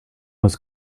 was